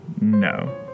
no